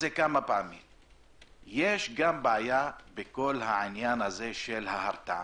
יש בעיה בכל העניין של ההרתעה.